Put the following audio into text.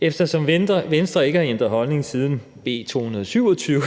Eftersom Venstre ikke har ændret holdning, siden B 227